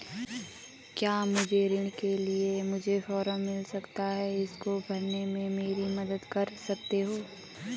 क्या मुझे ऋण के लिए मुझे फार्म मिल सकता है इसको भरने में मेरी मदद कर सकते हो?